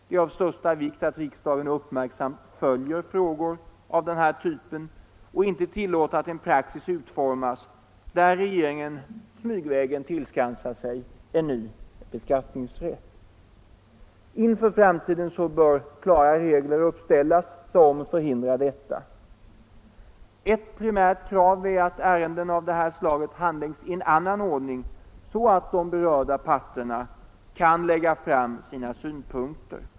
Det är av största vikt att riksdagen uppmärksamt följer frågor av denna typ och inte tillåter att en praxis utformas där regeringen smygvägen tillskansar sig en ny beskattningsrätt. Inför framtiden bör klara regler uppställas som förhindrar detta. Ett primärt krav är att ärenden av detta slag handläggs i en annan ordning så att de berörda parterna kan lägga fram sina synpunkter.